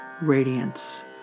radiance